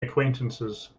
acquaintances